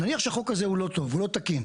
נניח שהחוק הזה הוא לא טוב, הוא לא תקין.